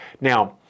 Now